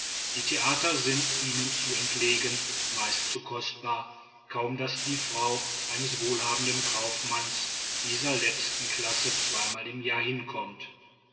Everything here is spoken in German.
die theater sind ihnen zu entlegen meistens zu kostbar kaum daß die frau eines wohlhabenden kaufmanns dieser letzten klasse zweimal im jahre hinkommt